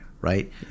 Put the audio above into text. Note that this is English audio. right